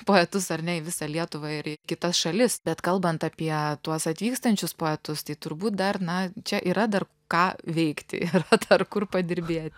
poetus ar ne į visą lietuvą ir į kitas šalis bet kalbant apie tuos atvykstančius poetus tai turbūt dar na čia yra dar ką veikti yra dar kur padirbėt